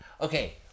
Okay